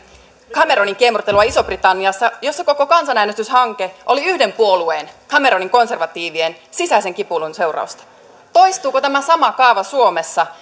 cameronin kiemurtelua isossa britanniassa jossa koko kansanäänestyshanke oli yhden puolueen cameronin konservatiivien sisäisen kipuilun seurausta toistuuko tämä sama kaava suomessa